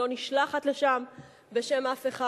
היא לא נשלחת לשם בשם אף אחד,